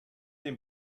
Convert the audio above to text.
dem